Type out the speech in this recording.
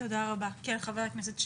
תודה רבה, כן חבר הכנסת שיין.